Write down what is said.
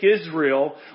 Israel